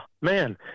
man